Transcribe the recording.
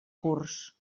curts